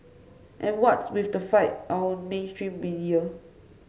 and what's with the fight on mainstream media